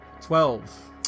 Twelve